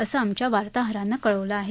असं आमच्या वार्ताहरानं कळवलं आहे